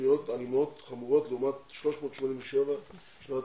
תקריות אלימות חמורות לעומת 387 בשנת